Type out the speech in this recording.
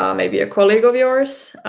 um maybe a colleague of yours,